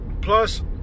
plus